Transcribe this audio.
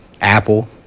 Apple